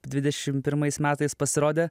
dvidešim pirmais metais pasirodė